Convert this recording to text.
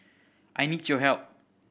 I need your help